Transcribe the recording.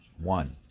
one